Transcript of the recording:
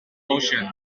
ocean